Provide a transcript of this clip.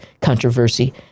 controversy